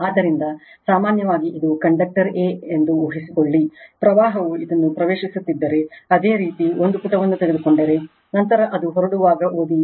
ಆದ್ದರಿಂದ ಸಾಮಾನ್ಯವಾಗಿ ಇದು ಕಂಡಕ್ಟರ್ A ಎಂದು ಊಹಿಸಿಕೊಳ್ಳಿ ಪ್ರವಾಹವು ಇದನ್ನು ಪ್ರವೇಶಿಸುತ್ತಿದ್ದರೆ ಅದೇ ರೀತಿ ಒಂದು ಪುಟವನ್ನು ತೆಗೆದುಕೊಂಡರೆ ನಂತರ ಅದು ಹೊರಡುವಾಗ ಓದಿ